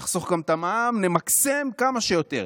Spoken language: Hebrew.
נחסוך גם את המע"מ, נמקסם, כמה שיותר.